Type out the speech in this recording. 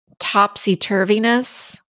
topsy-turviness